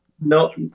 No